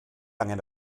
angen